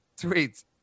tweets